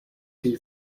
two